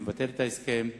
מבטל את ההסכם.